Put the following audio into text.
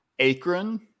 Akron